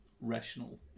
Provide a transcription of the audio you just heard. rational